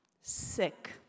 sick